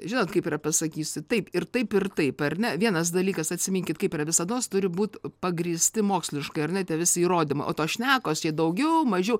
žinot kaip yra pasakysiu taip ir taip ir taip ar ne vienas dalykas atsiminkit kaip yra visados turi būt pagrįsti moksliškai ar ne tie visi įrodymai o tos šnekos čia daugiau mažiau